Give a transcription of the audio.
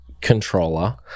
controller